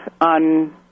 on